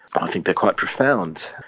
i think they're quite profound.